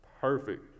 perfect